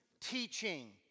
teaching